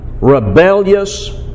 rebellious